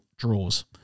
draws